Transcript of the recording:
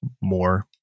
more